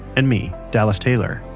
and me, dallas taylor,